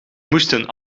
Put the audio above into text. moesten